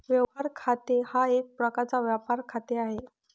व्यवहार खाते हा एक प्रकारचा व्यापार खाते आहे